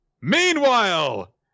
Meanwhile